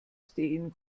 sehen